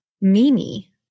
Mimi